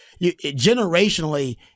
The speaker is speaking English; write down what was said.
generationally